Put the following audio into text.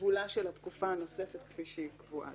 גבולה של התקופה הנוספת כפי שהיא קבועה.